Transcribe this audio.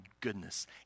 goodness